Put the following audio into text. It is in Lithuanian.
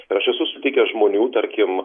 ir aš esu sutikęs žmonių tarkim